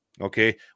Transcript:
Okay